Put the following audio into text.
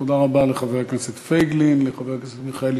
תודה רבה לחבר הכנסת פייגלין ולחבר הכנסת מיכאלי,